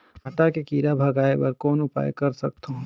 भांटा के कीरा भगाय बर कौन उपाय कर सकथव?